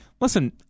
Listen